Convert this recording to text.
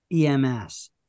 EMS